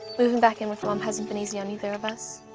moving back in with mom hasn't been easy on either of us.